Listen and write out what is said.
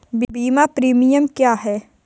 बीमा प्रीमियम क्या है?